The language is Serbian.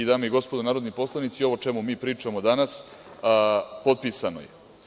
Dame i gospodo narodni poslanici, ovo o čemu mi pričamo danas, potpisano je.